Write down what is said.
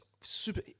super